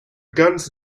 guns